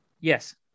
Yes